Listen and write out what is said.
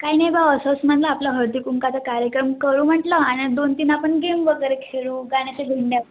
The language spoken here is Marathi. काही नाही भाऊ असंच म्हटलं आपलं हळदीकुंकवाचा कार्यक्रम करू म्हटलं आणि दोन तीन आपण गेम वगैरे खेळू गाण्याचे भेंड्या